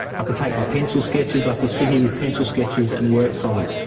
could take my pencil sketches, i could sit here with pencil sketches and work from it.